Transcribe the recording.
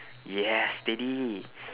yeah steady